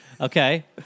Okay